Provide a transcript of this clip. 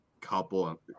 couple